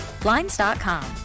Blinds.com